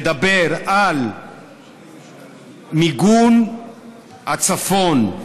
מדבר על מיגון הצפון,